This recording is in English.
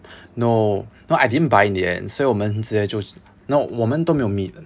no no I didn't buy it yet 所以我们直接就 no 我们都没有 meet